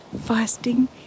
Fasting